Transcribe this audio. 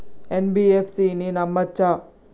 NBFC ని నమ్మచ్చా?